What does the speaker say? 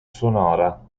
sonora